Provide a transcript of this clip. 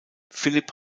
philipp